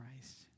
Christ